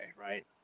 right